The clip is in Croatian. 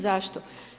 Zašto?